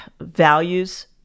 values